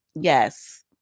Yes